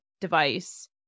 device